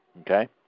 okay